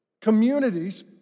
communities